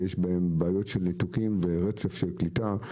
ששי בהם בעיות של ניתוקים ורצף של קליטה.